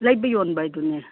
ꯂꯩꯕ ꯌꯣꯟꯕ ꯍꯥꯏꯗꯨꯅꯦ